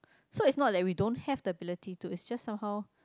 so it's not that we don't have the ability to it's just somehow